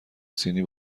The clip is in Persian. سینی